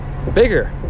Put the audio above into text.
Bigger